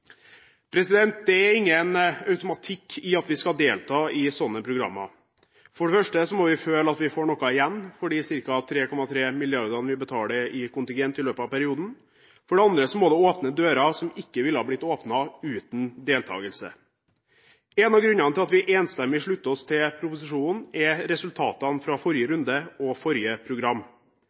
Det er ingen automatikk i at vi skal delta i sånne programmer. For det første må vi føle at vi får noe igjen for de ca. 3,3 mrd. kr vi betaler i kontingent i løpet av perioden. For det andre må det åpne dører som ikke ville ha blitt åpnet uten deltagelse. En av grunnene til at vi enstemmig slutter oss til proposisjonen, er resultatene fra forrige runde og forrige program.